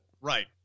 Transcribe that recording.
Right